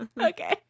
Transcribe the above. Okay